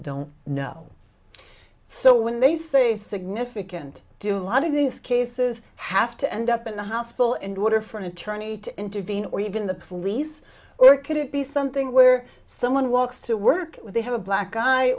don't know so when they say significant do a lot of these cases have to end up in the hospital and water for an attorney to intervene or even the police or could it be something where someone walks to work they have a black guy